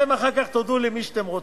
אתם אחר כך תודו למי שאתם רוצים,